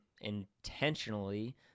intentionally